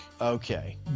Okay